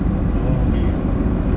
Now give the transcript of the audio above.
oh K